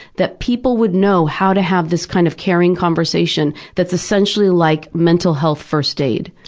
that people would know how to have this kind of caring conversation that's essentially like mental health first aid.